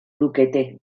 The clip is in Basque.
lukete